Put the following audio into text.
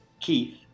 Keith